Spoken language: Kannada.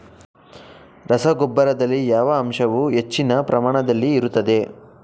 ರಸಗೊಬ್ಬರದಲ್ಲಿ ಯಾವ ಅಂಶವು ಹೆಚ್ಚಿನ ಪ್ರಮಾಣದಲ್ಲಿ ಇರುತ್ತದೆ?